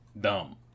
Dumb